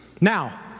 now